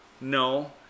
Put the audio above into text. No